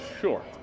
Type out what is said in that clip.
sure